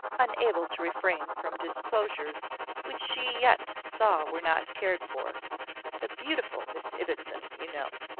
unable to refrain from disclosures which she yet saw were not cared for the beautiful miss ibbotson, you know.